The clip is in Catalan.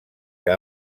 que